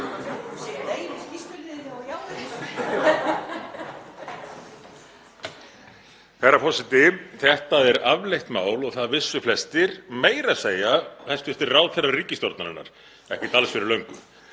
Þetta er afleitt mál og það vissu flestir, meira að segja hæstv. ráðherrar ríkisstjórnarinnar ekki alls fyrir löngu